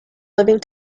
living